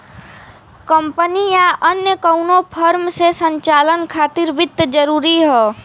company या अन्य कउनो फर्म के संचालन खातिर वित्त जरूरी हौ